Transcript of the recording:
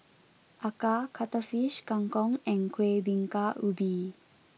Acar Cuttlefish Kang Kong and Kuih Bingka Ubi